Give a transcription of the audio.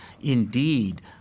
indeed